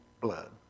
blood